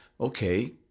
okay